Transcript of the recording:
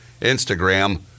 Instagram